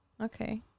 Okay